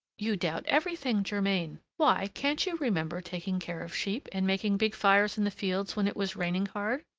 you doubt everything, germain! why, can't you remember taking care of sheep and making big fires in the fields when it was raining hard?